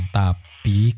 tapi